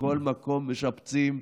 בכל מקום משפצים,